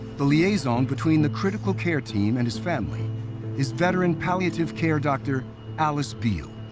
the liaison between the critical care team and his family is veteran palliative care doctor alice beal.